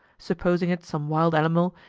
supposing it some wild animal,